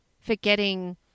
Forgetting